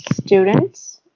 students